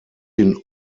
den